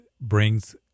brings